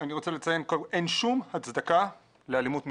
אני רוצה לציין שאין שום הצדקה לאלימות משטרתית.